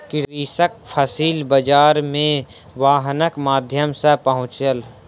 कृषक फसिल बाजार मे वाहनक माध्यम सॅ पहुँचल